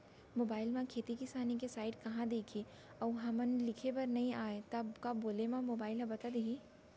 Mobile म खेती किसानी के साइट कहाँ दिखही अऊ हमला लिखेबर नई आय त का बोले म मोबाइल ह बता दिही?